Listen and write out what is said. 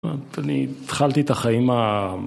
אני התחלתי את החיים ה...